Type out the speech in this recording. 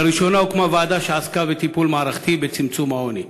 לראשונה הוקמה ועדה שעסקה בטיפול מערכתי בצמצום העוני.